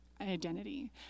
identity